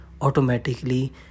automatically